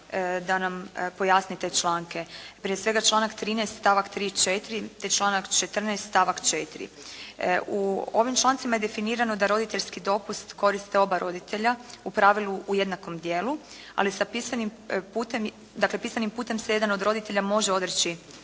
da nam pojasni te članke. Prije svega članak 13. stavak 3. i 4., te članak 14. stavak 4. U ovim člancima je definirano da roditeljski dopust koriste oba roditelja u pravilu u jednakom dijelu, ali se pisanim putem, dakle pisanim putem se jedan od roditelja može odreći